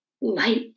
Light